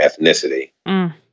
ethnicity